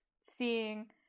seeing